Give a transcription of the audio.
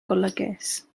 golygus